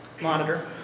monitor